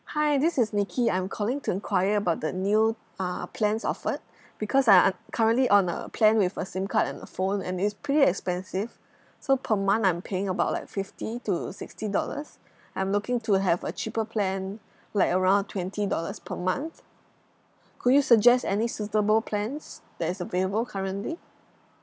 hi this is nicky I'm calling to enquire about the new uh plans offered because I uh currently on a plan with a SIM card and a phone and it's pretty expensive so per month I'm paying about like fifty to sixty dollars I'm looking to have a cheaper plan like around twenty dollars per month could you suggest any suitable plans that is available currently